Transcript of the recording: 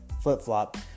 flip-flop